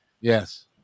yes